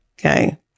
Okay